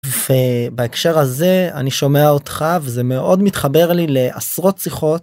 ובהקשר הזה אני שומע אותך וזה מאוד מתחבר לי לעשרות שיחות.